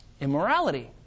Immorality